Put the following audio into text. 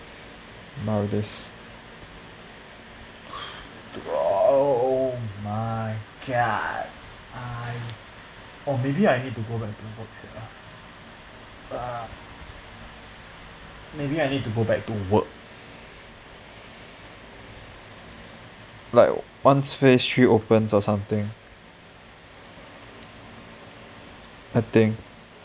now this !wow! my god I or maybe I need to go back to work sia ah maybe I need to go back to work like once phase three opens or something I think